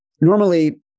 Normally